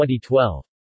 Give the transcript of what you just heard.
2012